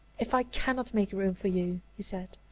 if i cannot make room for you, he said,